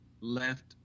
left